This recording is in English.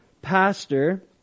Pastor